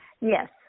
Yes